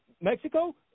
Mexico